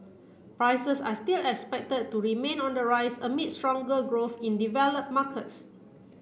prices are still expected to remain on the rise amid stronger growth in develop markets